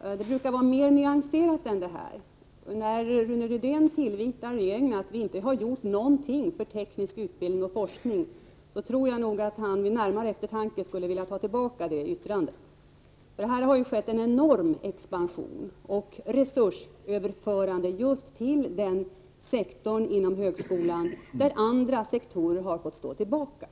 det brukar vara mer nyanserat än vad det är nu. När Rune Rydén tillvitar regeringen att den inte har gjort någonting för teknisk utbildning och forskning tror jag att han vid närmare eftertanke skulle vilja ta tillbaka det yttrandet. Det har ju skett en enorm expansion och resursöverföring just till denna sektor inom högskolan, varvid andra sektorer har fått stå tillbaka.